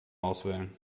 auswählen